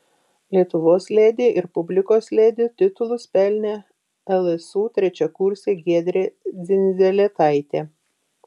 lietuvos ledi ir publikos ledi titulus pelnė lsu trečiakursė giedrė dzindzelėtaitė